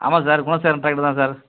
ஆமாம் sir Gunasekaran driver தான் sir